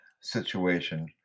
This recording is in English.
situation